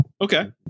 Okay